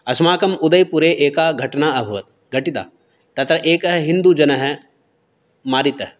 अस्माकं उदयपुरे एका घटना अभवत् घटिता तत् एकः हिन्दुजनः मारितः